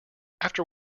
after